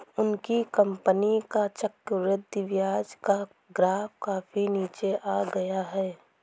उनकी कंपनी का चक्रवृद्धि ब्याज का ग्राफ काफी नीचे आ गया है